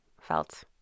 felt